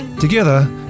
Together